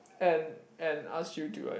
and and ask you to like